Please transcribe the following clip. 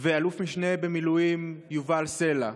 ואלוף משנה במיל' יובל סלע.